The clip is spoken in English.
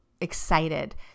excited